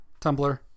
tumblr